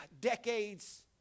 decades